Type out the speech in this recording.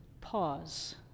pause